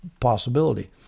possibility